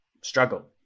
struggle